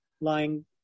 lying